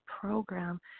program